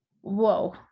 Whoa